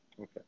okay